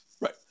Right